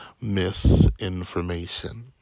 misinformation